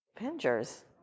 Avengers